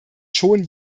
schon